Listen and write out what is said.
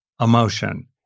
emotion